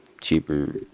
cheaper